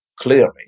clearly